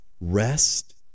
rest